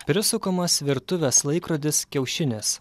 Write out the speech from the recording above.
prisukamas virtuvės laikrodis kiaušinis